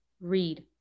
read